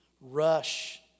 rush